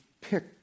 pick